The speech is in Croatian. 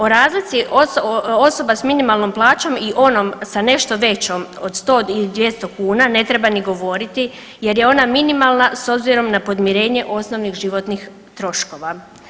O razlici osoba s minimalnom plaćom i onom sa nešto većom od 100 ili 200 kuna ne treba ni govoriti jer je ona minimalna s obzirom na podmirenje osnovnih životnih troškova.